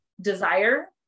desire